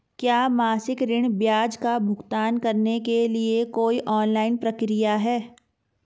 क्या मासिक ऋण ब्याज का भुगतान करने के लिए कोई ऑनलाइन प्रक्रिया है?